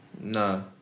No